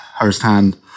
firsthand